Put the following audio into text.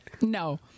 No